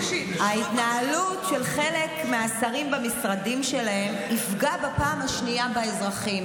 ההתנהלות של חלק מהשרים במשרדים שלהם תפגע בפעם השנייה באזרחים.